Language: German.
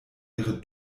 ihre